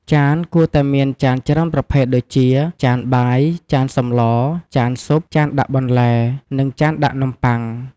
ចាន គួរតែមានចានច្រើនប្រភេទដូចជា ចានបាយ ចានសម្ល ចានស៊ុប ចានដាក់បន្លែ និងចានដាក់នំប៉័ង។